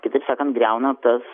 kitaip sakant griauna tas